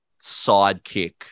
sidekick